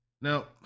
Now